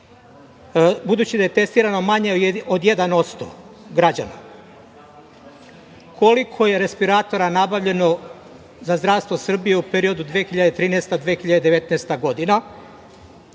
budući da je testirano manje od 1% građana, koliko je respiratora nabavljeno za zdravstvo Srbije u periodu 2013 – 2019.